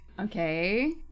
Okay